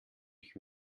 ich